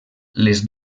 les